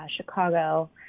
Chicago